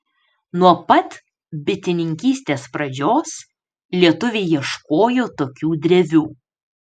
nuo pat bitininkystės pradžios lietuviai ieškojo tokių drevių